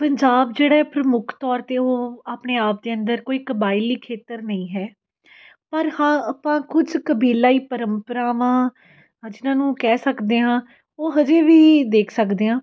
ਪੰਜਾਬ ਜਿਹੜੇ ਪ੍ਰਮੁੱਖ ਤੌਰ 'ਤੇ ਉਹ ਆਪਣੇ ਆਪ ਦੇ ਅੰਦਰ ਕੋਈ ਕਬਾਇਲੀ ਖੇਤਰ ਨਹੀਂ ਹੈ ਪਰ ਹਾਂ ਆਪਾਂ ਕੁਝ ਕਬੀਲਾਈ ਪਰੰਪਰਾਵਾਂ ਜਿਨ੍ਹਾਂ ਨੂੰ ਕਹਿ ਸਕਦੇ ਹਾਂ ਉਹ ਹਜੇ ਵੀ ਦੇਖ ਸਕਦੇ ਹਾਂ